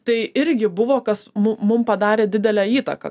tai irgi buvo kas mu mum padarė didelę įtaką